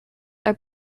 are